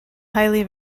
highly